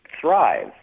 thrive